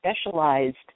specialized